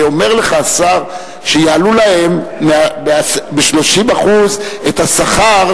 ואומר לך השר שיעלו להם ב-30% את השכר,